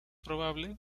probable